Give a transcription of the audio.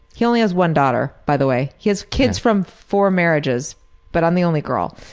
he only has one daughter, by the way. he has kids from four marriages but i'm the only girl.